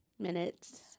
Minutes